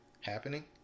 happening